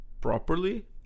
properly